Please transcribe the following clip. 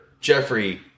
Jeffrey